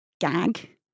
gag